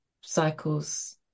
cycles